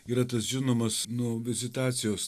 yra tas žinomas nu vizitacijos